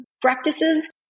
practices